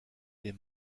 les